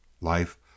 Life